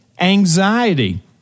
anxiety